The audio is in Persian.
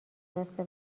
راسته